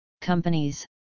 Companies